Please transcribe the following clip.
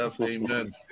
Amen